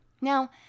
Now